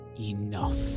Enough